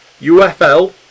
UFL